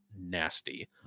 nasty